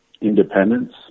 independence